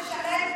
יאללה.